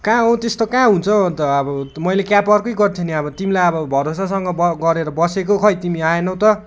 कहाँ हौ त्यस्तो कहाँ हुन्छ हौ अन्त अब मैले क्याब अर्कै गर्थेँ नि अब तिमीलाई अब भरोसासँग ब गरेर बसेको खोइ तिमी आएनौ त